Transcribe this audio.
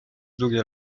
długie